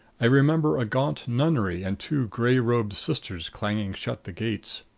i remember a gaunt nunnery and two-gray-robed sisters clanging shut the gates.